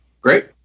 great